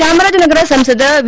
ಚಾಮರಾಜನಗರ ಸಂಸದ ವಿ